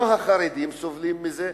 גם החרדים סבלו מזה,